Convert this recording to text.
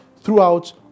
throughout